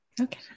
Okay